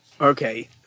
okay